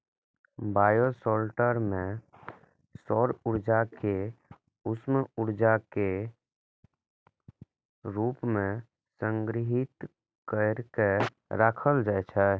bioshelter मे सौर ऊर्जा कें उष्मा ऊर्जा के रूप मे संग्रहीत कैर के राखल जाइ छै